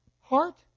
heart